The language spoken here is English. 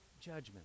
judgment